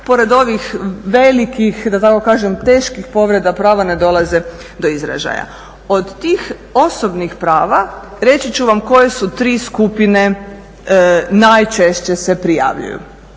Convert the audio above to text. pored ovih velikih, da tako kažem teških povreda prava ne dolaze do izražaja. Od tih osobnih prava reći ću vam koje su tri skupine najčešće se prijavljuju.